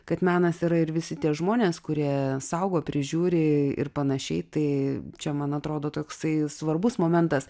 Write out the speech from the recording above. kad menas yra ir visi tie žmonės kurie saugo prižiūri ir panašiai tai čia man atrodo toksai svarbus momentas